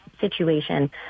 situation